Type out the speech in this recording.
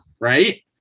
right